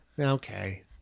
Okay